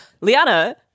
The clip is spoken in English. Liana